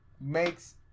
makes